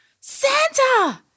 Santa